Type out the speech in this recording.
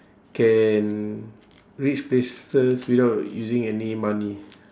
can reach places without using any money